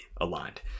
aligned